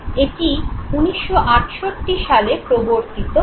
এটি 1968 সালে প্রবর্তিত হয়